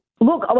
Look